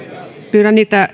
pyydän niitä